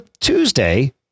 Tuesday